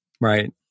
Right